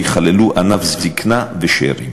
שייכללו בו ענף זיקנה ושאירים,